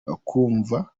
bakumva